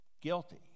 guilty